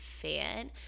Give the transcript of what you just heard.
fan